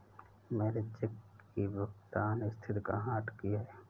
मेरे चेक की भुगतान स्थिति कहाँ अटकी है?